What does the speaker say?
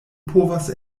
povas